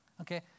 Okay